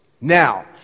Now